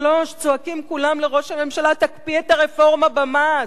שלוש צועקים כולם לראש הממשלה: תקפיא את הרפורמה במס,